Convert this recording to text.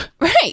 Right